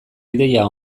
ideia